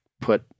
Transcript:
put